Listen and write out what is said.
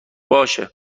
باشه